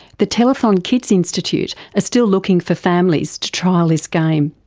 the telethon kids institute are still looking for families to trial this game.